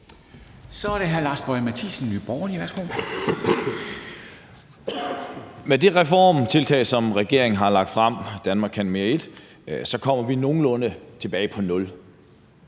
Kl. 10:24 Lars Boje Mathiesen (NB): Med det reformtiltag, som regeringen har lagt frem, »Danmark kan mere I«, kommer vi nogenlunde tilbage på nul.